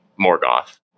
Morgoth